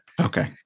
Okay